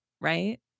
right